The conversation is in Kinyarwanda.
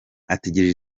ategereje